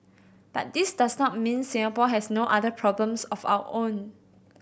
but this does not mean Singapore has no other problems of our own